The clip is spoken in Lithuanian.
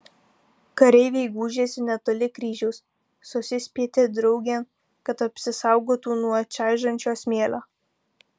kareiviai gūžėsi netoli kryžiaus susispietė draugėn kad apsisaugotų nuo čaižančio smėlio